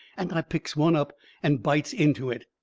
and i picks one up and bites into it.